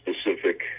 specific